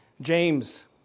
James